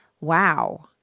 Wow